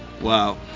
wow